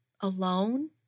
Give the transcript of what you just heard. alone